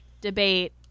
debate